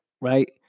right